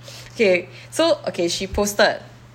okay so okay she posted